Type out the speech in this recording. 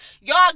Y'all